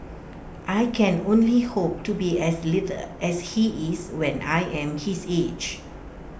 I can only hope to be as lithe as he is when I am his age